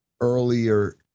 earlier